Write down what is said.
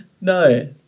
No